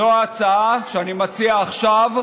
זו ההצעה שאני מציע עכשיו.